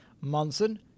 Monson